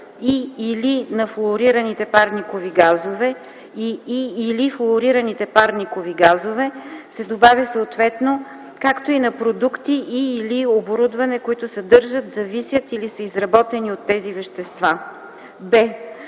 „и/или на флуорираните парникови газове” и „и/или флуорираните парникови газове” се добавя съответно „както и на продукти и/или оборудване, които съдържат, зависят или са изработени от тези вещества”;